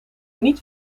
niet